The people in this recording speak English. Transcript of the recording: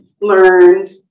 learned